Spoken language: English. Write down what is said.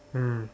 mm